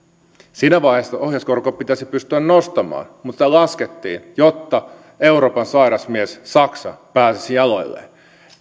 siinä vaiheessa ohjauskorkoa pitäisi pystyä nostamaan mutta sitä laskettiin jotta euroopan sairas mies saksa pääsisi jaloilleen